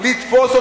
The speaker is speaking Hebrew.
לשם